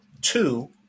Two